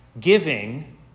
giving